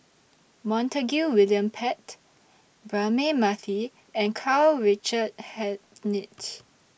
Montague William Pett Braema Mathi and Karl Richard Hanitsch